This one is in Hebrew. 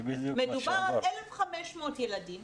מדובר על 1,500 ילדים